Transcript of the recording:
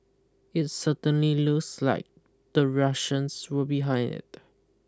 it certainly looks like the Russians were behind it